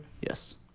Yes